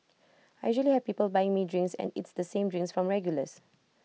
I usually have people buying me drinks and it's the same drinks from regulars